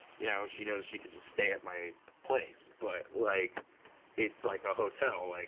you know, she knows she can just stay at my place. but, like it's like a hotel. like,